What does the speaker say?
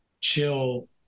Chill